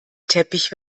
teppich